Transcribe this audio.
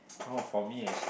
oh for me is